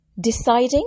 deciding